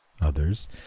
Others